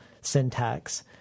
syntax